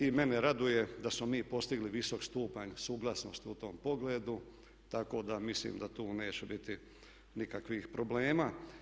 I mene raduje da smo mi postigli visok stupanj suglasnosti u tom pogledu, tako da mislim da tu neće biti nikakvih problema.